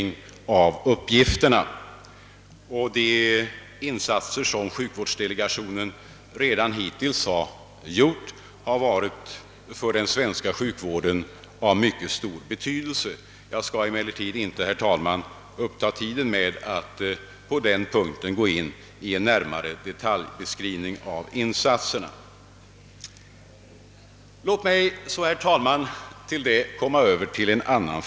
Jag vill här bara peka på att jag själv i propositionen har betonat att dessa frågor självfallet måste bli föremål för mycket stor uppmärksamhet i det nya verket. Jag har angivit att frågan om hur hithörande ärenden skall fördelas inom verket i viss mån blir beroende på den tillgängliga läkarpersonalens kapacitet och intresseinriktning.